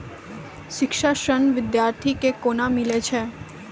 शिक्षा ऋण बिद्यार्थी के कोना मिलै छै?